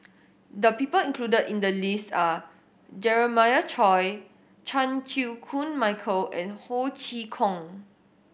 the people included in the list are Jeremiah Choy Chan Chew Koon Michael and Ho Chee Kong